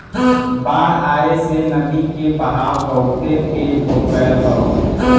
बाढ़ आये से नदी के बहाव बहुते तेज हो गयल हौ